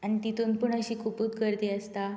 आनी तातूंत पण अशी खूब गर्दी आसता